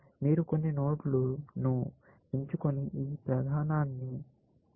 మీరు కొన్ని నోడ్లను ఎంచుకొని ఈ విధానాన్ని చేయండి